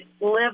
live